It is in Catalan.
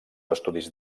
estudis